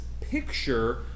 picture